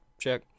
check